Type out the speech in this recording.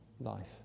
life